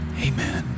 Amen